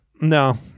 No